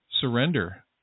surrender